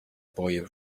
boy